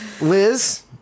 Liz